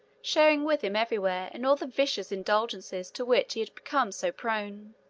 sharing with him every where in all the vicious indulgences to which he had become so prone.